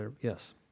Yes